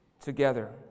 together